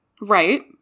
right